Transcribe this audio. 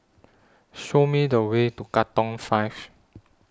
Show Me The Way to Katong five